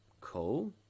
cool